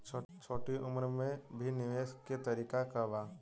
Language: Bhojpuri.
छोटी उम्र में भी निवेश के तरीका क बा?